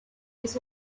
its